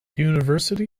university